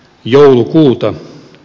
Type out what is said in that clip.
päivä joulukuuta